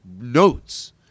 notes